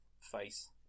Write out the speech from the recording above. face